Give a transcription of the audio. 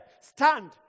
stand